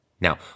Now